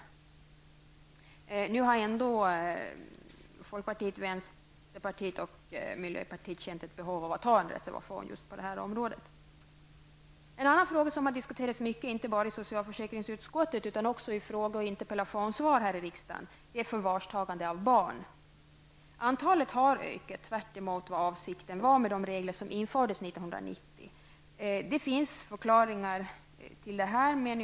Ändå har folkpartiet, vänsterpartiet och miljöpartiet känt ett behov av att reservera sig just på det här området. En annan fråga som har diskuterats mycket inte bara i socialförsäkringsutskottet utan också i frågeoch interpellationsdebatter här i riksdagen är förvarstagande av barn. Antalet barn som tagits i förvar har ökat tvärtemot vad avsikten var med de nya regler som infördes 1990. Det finns förklaringar till detta.